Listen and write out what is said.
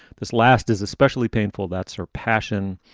this last is especially painful. that's her passion.